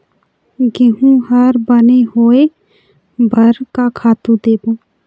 गेहूं हर बने होय बर का खातू देबो?